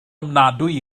ofnadwy